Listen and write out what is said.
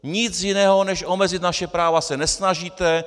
Nic jiného než omezit naše práva se nesnažíte.